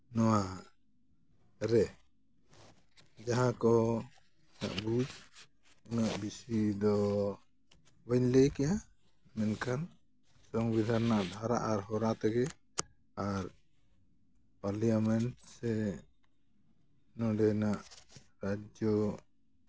ᱱᱚᱣᱟᱨᱮ ᱡᱟᱦᱟᱸ ᱠᱚ ᱞᱟᱹᱜᱩ ᱩᱱᱟᱹᱜ ᱵᱮᱥᱤ ᱫᱚ ᱵᱟᱹᱧ ᱞᱟᱹᱭ ᱠᱮᱭᱟ ᱢᱮᱱᱠᱷᱟᱱ ᱥᱚᱝᱵᱤᱫᱷᱟᱱ ᱨᱮᱱᱟᱜ ᱫᱷᱟᱟ ᱟᱨ ᱦᱚᱨᱟ ᱛᱮᱜᱮ ᱟᱨ ᱯᱟᱨᱞᱟᱢᱮᱱᱴ ᱥᱮ ᱱᱚᱸᱰᱮᱱᱟᱜ ᱨᱟᱡᱡᱚ